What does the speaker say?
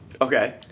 Okay